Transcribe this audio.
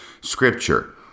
Scripture